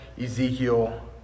Ezekiel